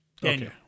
Daniel